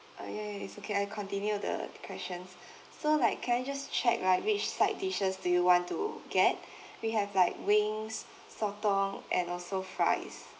okay okay it's okay I continue the questions so like can I just check like which side dishes do you want to get we have like wings sotong and also fries